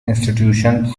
institutions